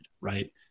right